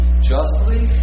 justly